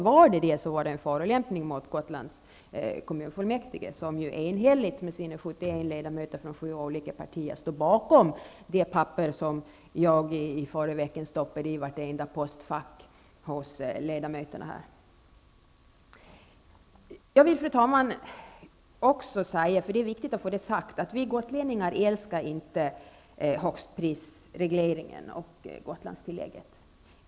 Men om det var det, så var det en förolämpning mot Gotlands kommunfullmäktige som enhälligt -- med sina 71 ledamöter från sju olika partier -- stod bakom det papper som jag i förra veckan stoppade i vartenda ledamots postfack här. Jag vill också säga, fru talman, för det är viktigt att få det sagt, att vi gotlänningar älskar inte högstprisregleringen och Gotlandstillägget.